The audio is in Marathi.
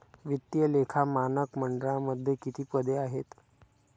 वित्तीय लेखा मानक मंडळामध्ये किती पदे आहेत?